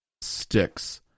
sticks